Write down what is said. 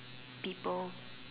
people